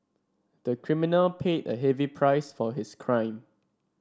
the criminal paid a heavy price for his crime